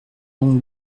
donc